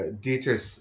Dietrich